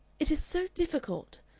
it is so difficult.